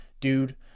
dude